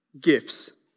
gifts